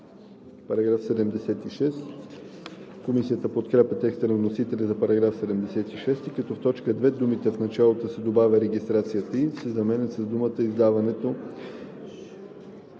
за § 75. Комисията подкрепя текста на вносителя за § 76, като в т. 2 думите „в началото се добавя „Регистрацията и“ се заменят с „думата „Издаването“